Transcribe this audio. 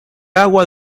agua